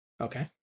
Okay